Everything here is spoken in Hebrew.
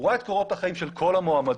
היא רואה את קורות החיים של כל המועמדים,